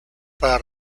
para